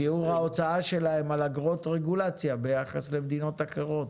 שיעור ההוצאה שלהן על אגרות רגולציה ביחס למדינות אחרות.